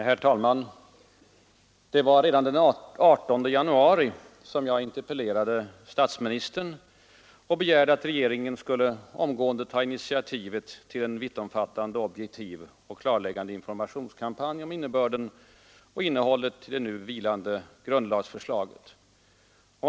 Herr talman! Det var redan den 18 januari som jag interpellerade statsministern och begärde att regeringen skulle omgående ta initiativet till en vittomfattande, objektiv och klarläggande informationskampanj om innebörden och innehållet i det nu vilande grundlagsförslaget.